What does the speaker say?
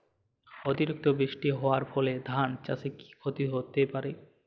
অতিরিক্ত বৃষ্টি হওয়ার ফলে ধান চাষে কি ক্ষতি হতে পারে?